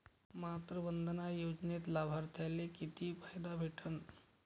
मातृवंदना योजनेत लाभार्थ्याले किती फायदा भेटन?